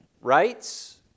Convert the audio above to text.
rights